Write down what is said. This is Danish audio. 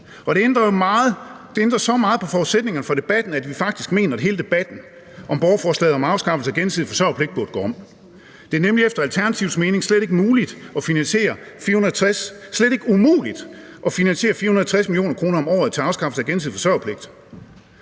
det ændrer jo så meget på forudsætningerne for debatten, at vi faktisk mener, at hele debatten om borgerforslaget om afskaffelse af gensidig forsørgerpligt burde gå om. Det er nemlig efter Alternativets mening slet ikke umuligt at finansiere 460 mio. om året kr. til afskaffelse af gensidig forsørgerpligt.